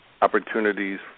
Opportunities